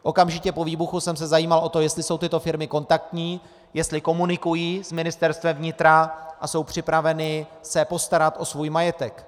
Okamžitě po výbuchu jsem se zajímal o to, jestli jsou tyto firmy kontaktní, jestli komunikují s Ministerstvem vnitra a jsou připraveny se postarat o svůj majetek.